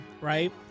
right